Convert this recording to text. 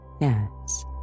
Yes